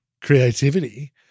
creativity